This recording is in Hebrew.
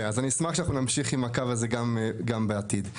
שנמשיך עם הקו הזה גם בעתיד.